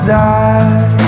die